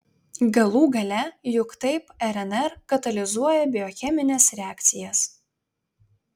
galų gale juk taip rnr katalizuoja biochemines reakcijas